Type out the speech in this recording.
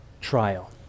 trial